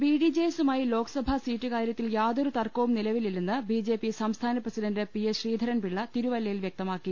B D J എസുമായി ലോക്സഭാ സീറ്റു കാര്യത്തിൽ യാതൊരു തർക്കവും നിലവിലില്ലെന്ന് ബിജെപി സംസ്ഥാന പ്രസിഡണ്ട് പി എസ് ശ്രീധരൻപിള്ള തിരുവല്ലയിൽ വ്യക്ത മാക്കി